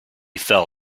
fell